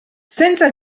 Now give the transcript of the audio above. senza